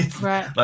Right